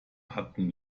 hatten